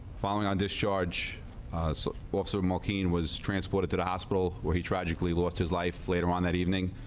following on this charge, so books are more keen was transported to the hospital, where he tragically lost his life. later on that evening,